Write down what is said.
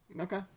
Okay